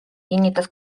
kinnitas